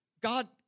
God